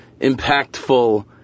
impactful